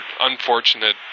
unfortunate